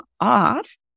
off